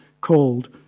called